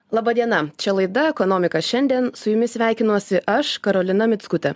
laba diena čia laida ekonomika šiandien su jumis sveikinuosi aš karolina mickutė